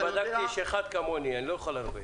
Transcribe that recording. בדקתי יש אחד כמוני, אני לא יכול הרבה.